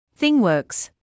ThingWorks